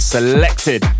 Selected